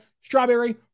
strawberry